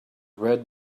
red